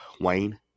Wayne